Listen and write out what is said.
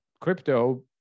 Crypto